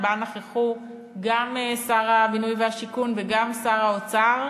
שבה נכחו גם שר הבינוי והשיכון וגם שר האוצר,